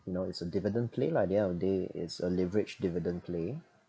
you know it's a dividend play lah at the end of the day it's a leverage dividend play